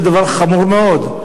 זה דבר חמור מאוד.